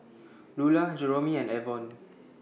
Lular Jeromy and Avon